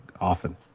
often